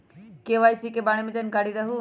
KYC के बारे में जानकारी दहु?